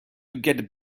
get